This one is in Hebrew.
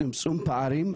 צמצום פערים,